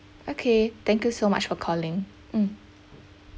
okay thank you so much for calling mm